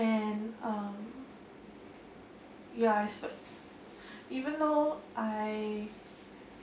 and um ya I spend even though I